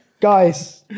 guys